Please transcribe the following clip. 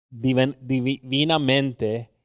divinamente